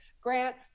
Grant